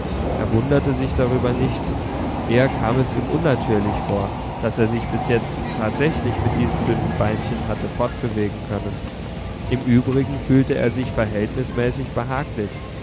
er wunderte sich darüber nicht eher kam es ihm unnatürlich vor daß er sich bis jetzt tatsächlich mit diesen dünnen beinchen hatte fortbewegen können im übrigen fühlte er sich verhältnismäßig behaglich